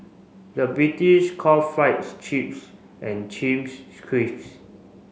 the British call fries chips and chips scrips